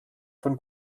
von